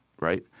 right